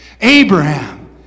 Abraham